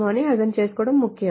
ఇది అర్థం చేసుకోవడం ముఖ్యం